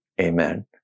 amen